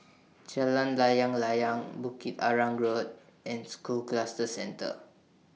Jalan Layang Layang Bukit Arang Road and School Cluster Centre